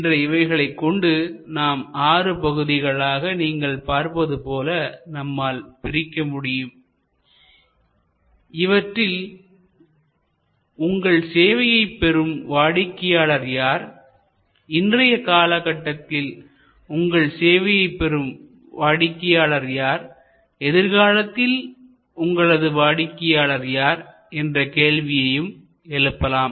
என்ற இவைகளைக் கொண்டு நாம் ஆறு பகுதிகளாக நீங்கள் பார்ப்பது போல நம்மால் பிரிக்க முடியும் இவற்றில் உங்கள் சேவையை பெறும் வாடிக்கையாளர்கள் யார் இன்றைய காலகட்டத்தில் உங்கள் சேவை பெறும் வாடிக்கையாளர் யார் எதிர்காலத்தில் உங்களது வாடிக்கையாளர் யார் என்ற கேள்விகளையும் எழுப்பலாம்